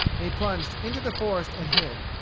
and he plunged into the forest and hid.